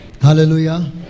Hallelujah